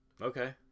Okay